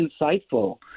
insightful